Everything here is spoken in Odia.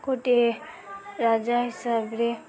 ଗୋଟିଏ ରାଜା ହିସାବରେ